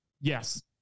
Yes